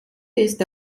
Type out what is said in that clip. ist